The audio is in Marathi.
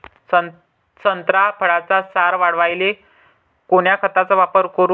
संत्रा फळाचा सार वाढवायले कोन्या खताचा वापर करू?